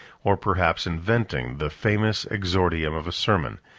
or perhaps inventing, the famous exordium of a sermon,